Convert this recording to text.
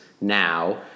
now